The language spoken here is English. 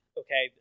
okay